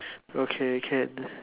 okay can